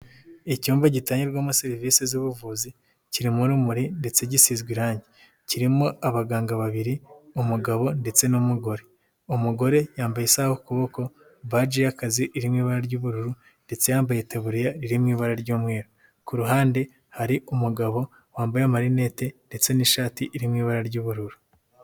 Icyumba gitangirwamo serivisi z'ubuvuzi kirimo urumuri ndetse gisizwe irangi. Kirimo abaganga babiri umugabo ndetse n'umugore. Umugore yambaye isaha ku kuboko, baji y'akazi iri mu ibara ry'ubururu ndetse yambaye itaburiya iri mu ibara ry'umweru. Ku ruhande hari umugabo wambaye amarinete ndetse n'ishati iri mu ibara ry'ubururu.